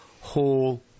whole